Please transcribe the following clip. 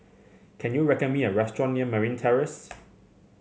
can you me a restaurant near Marine Terrace